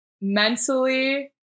mentally